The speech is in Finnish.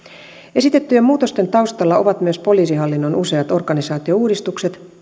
esitettyjen muutosten taustalla ovat myös poliisihallinnon useat organisaatiouudistukset